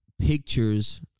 pictures